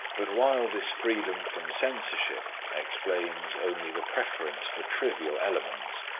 but while this freedom from censorship explains only the preference for trivial elements,